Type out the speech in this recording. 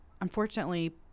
unfortunately –